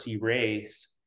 race